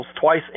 twice